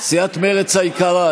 סיעת מרצ היקרה,